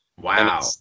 Wow